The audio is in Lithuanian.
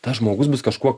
tas žmogus bus kažkuo